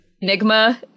enigma